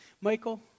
michael